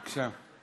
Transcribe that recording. בבקשה.